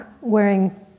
wearing